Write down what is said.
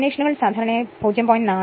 ലാമിനേഷനുകൾ സാധാരണയായി 0